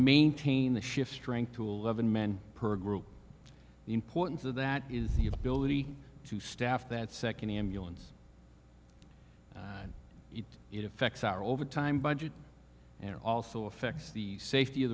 maintain the shift strength tool of an men per group the importance of that is the ability to staff that second ambulance and it it affects our overtime budget and also affects the safety of